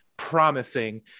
promising